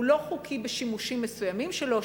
הוא לא חוקי בשימושים מסוימים שלו,